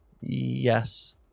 Yes